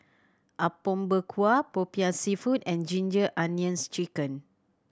Apom Berkuah Popiah Seafood and Ginger Onions Chicken